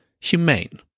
Humane